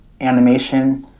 animation